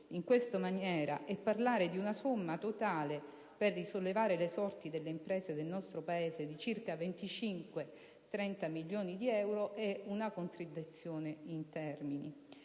in questa maniera e parlare di una somma totale per risollevare le sorti delle imprese del nostro Paese di circa 25-30 milioni di euro è una contraddizione in termini.